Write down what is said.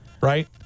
right